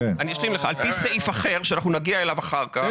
סעיף אחר שנגיע אליו אחר כך,